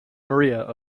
maria